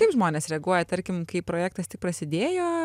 kaip žmonės reaguoja tarkim kai projektas tik prasidėjo